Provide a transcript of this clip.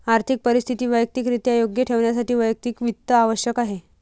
आर्थिक परिस्थिती वैयक्तिकरित्या योग्य ठेवण्यासाठी वैयक्तिक वित्त आवश्यक आहे